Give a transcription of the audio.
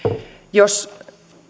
jos